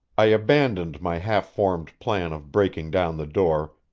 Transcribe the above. i abandoned my half-formed plan of breaking down the door,